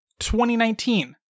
2019